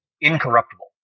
incorruptible